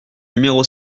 numéro